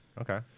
Okay